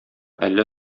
әллә